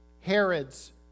Herod's